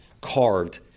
carved